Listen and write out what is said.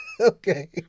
Okay